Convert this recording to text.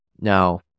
Now